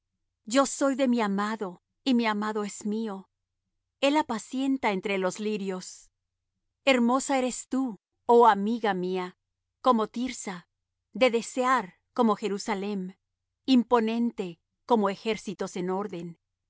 yo soy de mi amado y mi amado es mío el apacienta entre los lirios hermosa eres tú oh amiga mía como tirsa de desear como jerusalem imponente como ejércitos en orden